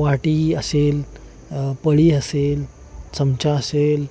वाटी असेल पळी असेल चमचा असेल